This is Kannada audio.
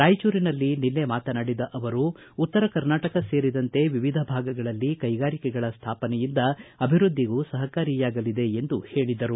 ರಾಯಚೂರಿನಲ್ಲಿ ನಿನ್ನೆ ಮಾತನಾಡಿದ ಅವರು ಉತ್ತರ ಕರ್ನಾಟಕ ಸೇರಿದಂತೆ ವಿವಿಧ ಭಾಗಗಳಲ್ಲಿ ಕೈಗಾರಿಕೆಗಳ ಸ್ಥಾಪನೆಯಿಂದ ಅಭಿವ್ದದ್ಲಿಗೂ ಸಹಕಾರಿಯಾಗಲಿದೆ ಎಂದು ಹೇಳಿದರು